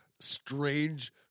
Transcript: Strange